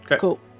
Cool